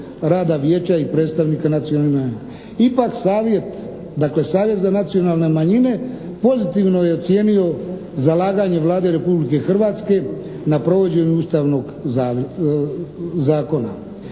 rada vijeća i predstavnika nacionalnih manjina. Ipak, savjet za nacionalne manjine pozitivno je ocijenio zalaganje Vlade Republike Hrvatske na provođenju Ustavnog zakona.